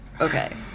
Okay